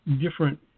different